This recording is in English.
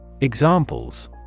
Examples